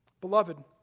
Beloved